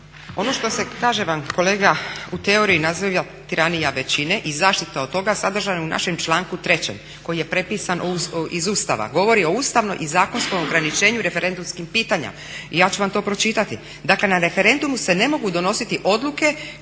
Ono što se kažem vam kolega u teoriji naziva tiranija većine i zaštita od toga sadržano je u našem članku 3. koji je prepisan iz Ustava. Govori o ustavnom i zakonskom ograničenju referendumskih pitanja. Ja ću vam to pročitati. Dakle, "Na referendumu se ne mogu donositi odluke